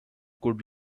could